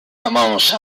commence